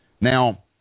Now